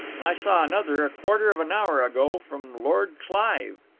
and i saw another, a quarter of an hour ago, from lord clive.